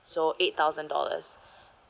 so eight thousand dollars